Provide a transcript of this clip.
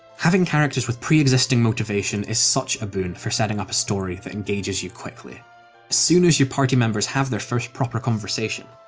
having characters with pre-existing motivation is such a boon for setting up a story that engages you quickly. as soon as your party members have their first proper conversation,